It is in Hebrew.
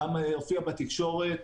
וזה גם הופיע בתקשורת,